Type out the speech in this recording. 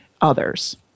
others